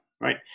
Right